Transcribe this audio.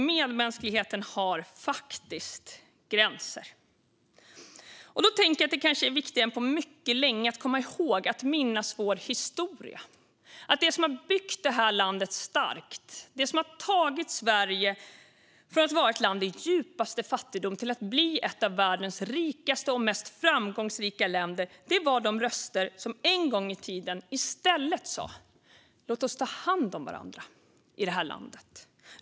Medmänskligheten har faktiskt gränser. Det kanske är viktigare än på mycket länge att komma ihåg, att minnas, vår historia. Det som har byggt vårt land starkt och det som har tagit Sverige från att vara ett land i djupaste fattigdom till att bli ett av världens rikaste och mest framgångsrika länder var de röster som en gång i tiden i stället sa: Låt oss ta hand om varandra i det här landet!